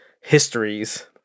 histories